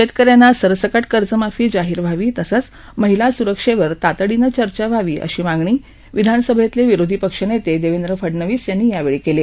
शेतकऱ्यांना सरसकट कर्जमाफी जाहीर व्हावी तसंच महिला स्रक्षेवर तातडीनं चर्चा व्हावी अशी मागणी विधानसभेतील विरोधी पक्षनेते देवेंद्र फडणविस यांनी यावेळी केली